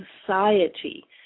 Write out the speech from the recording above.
society